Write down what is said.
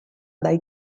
dai